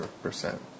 percent